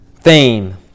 fame